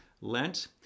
Lent